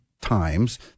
times